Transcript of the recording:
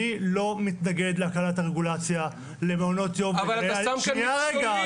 אני לא מתנגד להקלת הרגולציה למעונות יום --- אבל אתה שם כאן מכשולים.